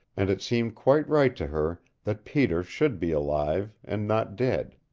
and it seemed quite right to her that peter should be alive and not dead.